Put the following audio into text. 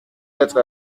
être